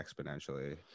exponentially